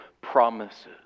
promises